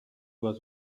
was